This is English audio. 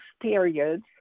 periods